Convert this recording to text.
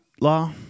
Law